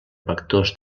vectors